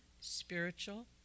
spiritual